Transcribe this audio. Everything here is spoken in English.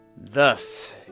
Thus